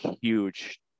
huge